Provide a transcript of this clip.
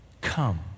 Come